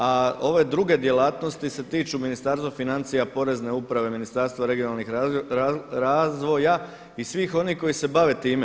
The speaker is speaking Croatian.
A ove druge djelatnosti se tiču Ministarstva financija, Porezne uprave, Ministarstva regionalnog razvoja i svih onih koji se bave time.